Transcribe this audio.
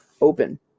open